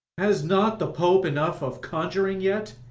has not the pope enough of conjuring yet?